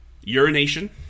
Urination